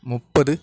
முப்பது